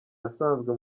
yasanzwe